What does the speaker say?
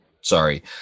sorry